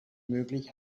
möglich